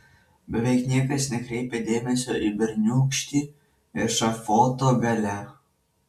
beveik niekas nekreipė dėmesio į berniūkštį ešafoto gale